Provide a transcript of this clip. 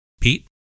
Pete